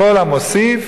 כל המוסיף